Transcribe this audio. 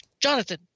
Jonathan